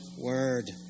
word